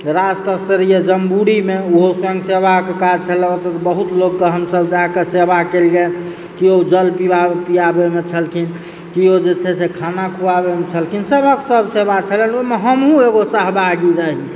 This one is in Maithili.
राष्ट्रीय स्तर जम्बूरीमेओहो सङ्घ सेवाके काज छल ओतऽ तऽ बहुत लोककेँ हमसब जाए कऽ सेवा केलिऐ केओ जल पीआबएमे छलखिन केओ जे छै से खाना खुआबैमे छलखिन सबहक सब सेवा छलनि ओहिमे हमहुँ एगो सहभागी रही